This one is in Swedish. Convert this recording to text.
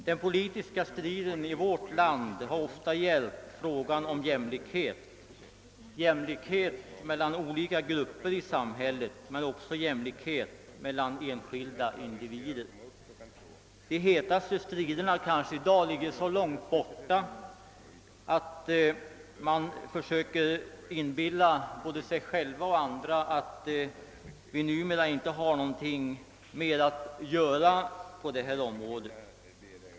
Den politiska striden ij vårt land har ofta gällt jämlikheten: jämlikhet mellan olika grupper i samhället men också jämlikhet mellan enskilda individer. De hetaste striderna ligger nu så långt tillbaka i tiden att man försöker inbilla både sig själv och andra att vi inte har mer att göra på detta område.